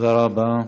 תודה רבה.